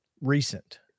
recent